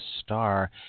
star